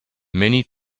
many